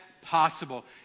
possible